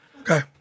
Okay